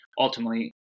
ultimately